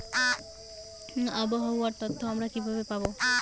আবহাওয়ার তথ্য আমরা কিভাবে পাব?